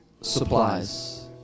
supplies